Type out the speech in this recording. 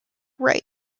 right